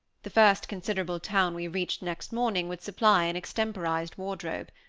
the first considerable town we reached next morning, would supply an extemporized wardrobe.